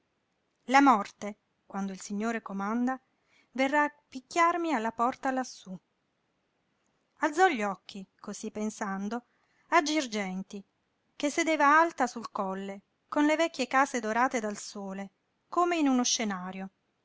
la morte quando il signore comanda verrà a picchiarmi alla porta lassú alzò gli occhi cosí pensando a girgenti che sedeva alta sul colle con le vecchie case dorate dal sole come in uno scenario